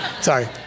sorry